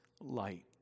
light